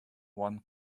one